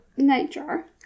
nightjar